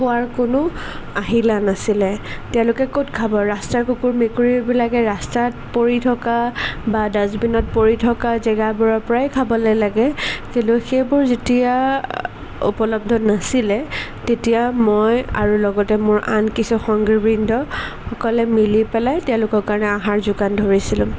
খোৱাৰ কোনো আহিলা নাছিলে তেওঁলোকে ক'ত খাব ৰাস্তাৰ কুকুৰ মেকুৰীবিলাকে ৰাস্তাত পৰি থকা বা ডাষ্টবিনত পৰি থকা জেগাবোৰৰ পৰাই খাবলৈ লাগে কেলৈ সেইবোৰ যেতিয়া উপলব্ধ নাছিলে তেতিয়া মই আৰু লগতে মোৰ আন কিছু সংগীবৃন্দসকলে মিলি পেলাই তেওঁলোকৰ কাৰণে আহাৰ যোগান ধৰিছিলোঁ